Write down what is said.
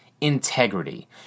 integrity